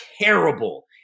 terrible